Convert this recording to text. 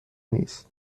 نیست